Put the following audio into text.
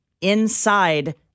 inside